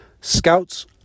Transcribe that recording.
Scouts